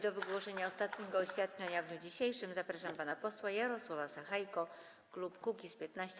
Do wygłoszenia ostatniego oświadczenia w dniu dzisiejszym zapraszam pana posła Jarosława Sachajkę, klub Kukiz’15.